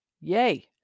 Yay